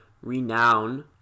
renowned